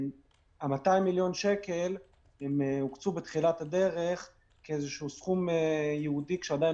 200 מיליון שקל הוקצו בתחילת הדרך כסכום ייעודי כשעדיין